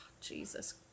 jesus